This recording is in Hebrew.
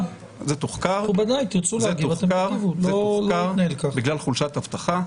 זה תוחקר בגלל חולשת אבטחה.